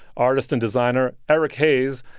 artist and designer eric haze,